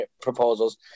proposals